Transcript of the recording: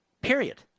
Period